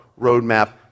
roadmap